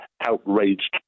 outraged